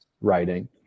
writing